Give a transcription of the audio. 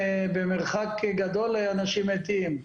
במרחק גדול אנשים מתים.